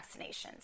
vaccinations